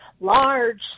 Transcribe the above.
large